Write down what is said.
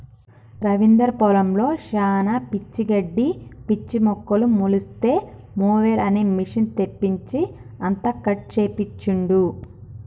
రవీందర్ పొలంలో శానా పిచ్చి గడ్డి పిచ్చి మొక్కలు మొలిస్తే మొవెర్ అనే మెషిన్ తెప్పించి అంతా కట్ చేపించిండు